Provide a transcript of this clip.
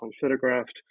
photographed